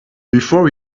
before